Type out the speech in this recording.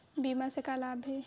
बीमा से का लाभ हे?